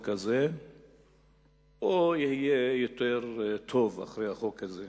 הזה או יהיה יותר טוב אחרי החוק הזה.